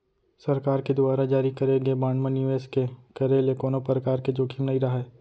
सरकार के दुवार जारी करे गे बांड म निवेस के करे ले कोनो परकार के जोखिम नइ राहय